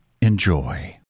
enjoy